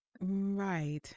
Right